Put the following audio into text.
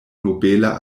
nobela